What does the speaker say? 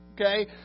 Okay